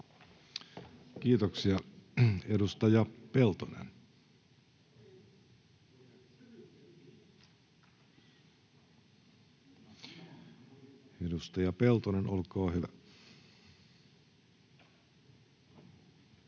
Kiitoksia. — Edustaja Peltonen, olkaa hyvä. [Speech